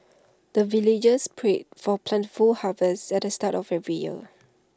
the villagers pray for plentiful harvest at the start of every year